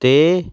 'ਤੇ